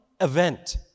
event